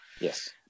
yes